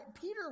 Peter